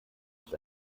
ist